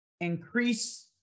increase